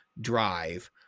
drive